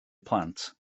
plant